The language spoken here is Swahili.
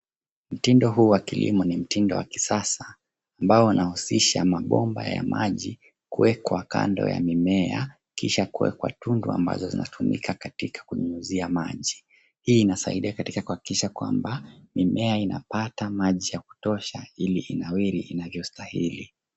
Mtindo huwa kilimo ni mtindo wakisasa ambao wanausisha mabomba ya maji kuwe kwa kando ya mimea, kisha kuwe kwa tundu wa mbazo zinatungika katika kunimuzia maji. Hii nasaida katika kuhakikisha kwamba mimea inapata maji ya kutosha ili inaweri inavyostahili.